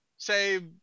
say